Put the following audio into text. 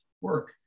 work